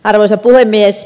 arvoisa puhemies